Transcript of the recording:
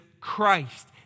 Christ